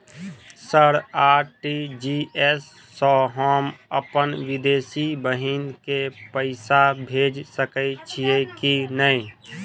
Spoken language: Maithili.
सर आर.टी.जी.एस सँ हम अप्पन विदेशी बहिन केँ पैसा भेजि सकै छियै की नै?